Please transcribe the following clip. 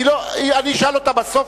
אני אשאל אותה בסוף,